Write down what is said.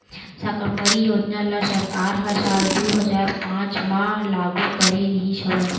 साकम्बरी योजना ल सरकार ह साल दू हजार पाँच म लागू करे रिहिस हवय